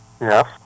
Yes